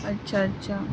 اچھا اچھا